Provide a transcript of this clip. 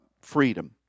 freedom